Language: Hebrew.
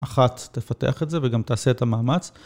אחת תפתח את זה וגם תעשה את המאמץ.